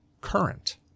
current